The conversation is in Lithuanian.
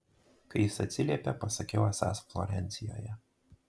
kai jis atsiliepė pasakiau esąs florencijoje